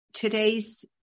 Today's